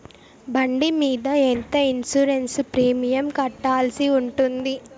బండి మీద ఎంత ఇన్సూరెన్సు ప్రీమియం కట్టాల్సి ఉంటుంది?